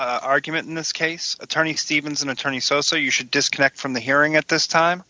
count argument in this case attorney stevens an attorney so so you should disconnect from the hearing at this time